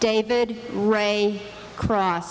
david ray cr